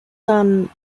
son